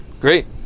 great